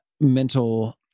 mental